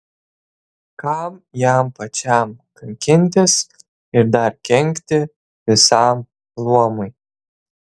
kam jam pačiam kankintis ir dar kenkti visam luomui